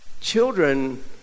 children